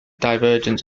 divergence